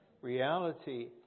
Reality